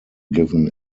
given